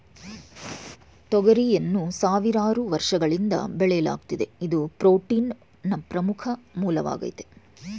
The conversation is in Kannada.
ತೊಗರಿಯನ್ನು ಸಾವಿರಾರು ವರ್ಷಗಳಿಂದ ಬೆಳೆಯಲಾಗ್ತಿದೆ ಇದು ಪ್ರೋಟೀನ್ನ ಪ್ರಮುಖ ಮೂಲವಾಗಾಯ್ತೆ